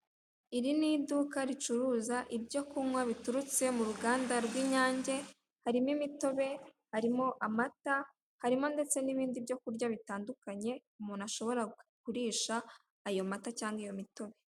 Iri ni iduka ricuruza ibyo kunywa biturutse mu ruganda rw'inyange harimo imitobe, harimo amata, harimo ndetse n'ibindi byo kurya bitandukanye umuntu ashobora kurisha ayo mata cyangwa iyo mitobe.